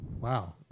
Wow